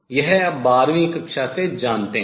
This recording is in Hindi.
यह आप बारहवीं कक्षा से जानते हैं